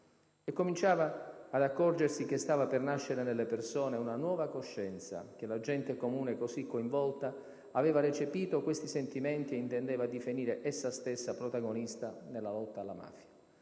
E cominciava ad accorgersi che stava per nascere nelle persone una nuova coscienza, che la gente comune, così coinvolta, aveva recepito questi sentimenti e intendeva divenire essa stessa protagonista della lotta alla mafia.